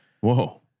Whoa